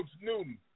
Newton